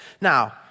Now